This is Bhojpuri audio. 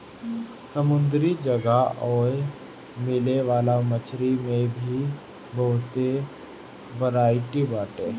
समुंदरी जगह ओए मिले वाला मछरी में भी बहुते बरायटी बाटे